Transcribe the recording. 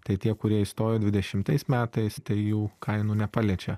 tai tie kurie įstojo dvidešimtais metais tai jų kainų nepaliečia